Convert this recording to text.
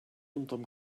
unterm